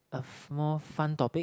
a small fun topic